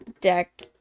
deck